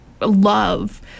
love